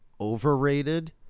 overrated